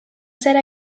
ser